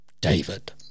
David